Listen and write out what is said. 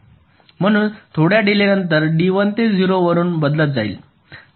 म्हणून थोड्या डीलेनंतर D 1 ते 0 वरुन बदलत जाईल